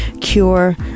cure